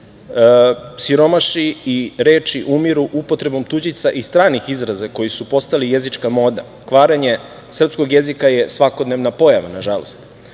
siromaši i reči umiru upotrebom tuđica i stranih izraza koji su postali jezička moda. Kvarenje srpskog jezika je svakodnevna pojava, nažalost.